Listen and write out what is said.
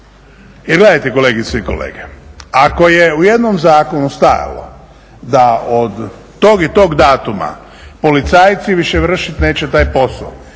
gledajte kolegice i kolege, ako je u jednom zakonu stajalo da od tog i tog datuma policajci više vršit neće taj posao,